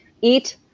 eat